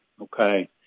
okay